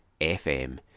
FM